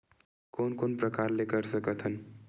कोन कोन से प्रकार ले कर सकत हन?